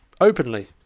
openly